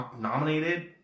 nominated